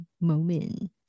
moment